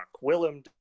Willem